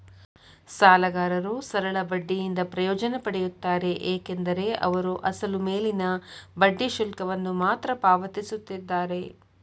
ಸಾಲಗಾರರು ಸರಳ ಬಡ್ಡಿಯಿಂದ ಪ್ರಯೋಜನ ಪಡೆಯುತ್ತಾರೆ ಏಕೆಂದರೆ ಅವರು ಅಸಲು ಮೇಲಿನ ಬಡ್ಡಿ ಶುಲ್ಕವನ್ನು ಮಾತ್ರ ಪಾವತಿಸುತ್ತಿದ್ದಾರೆ